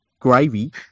gravy